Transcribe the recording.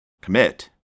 commit